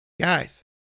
Guys